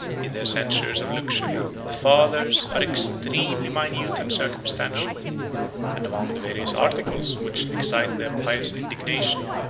in their censures of luxury the fathers are extremely minute and circumstantial and among the various articles which excite their pious indignation,